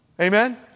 Amen